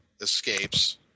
escapes